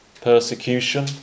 persecution